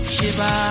Shiba